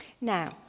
Now